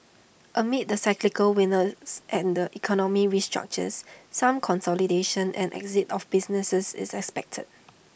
amid the cyclical weakness and the economy restructures some consolidation and exit of businesses is expected